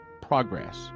progress